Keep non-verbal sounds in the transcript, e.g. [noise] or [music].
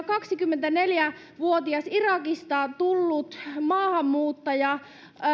[unintelligible] kaksikymmentäneljä vuotias irakista tullut maahanmuuttaja